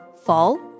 fall